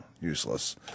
useless